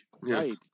right